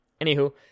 anywho